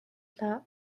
hna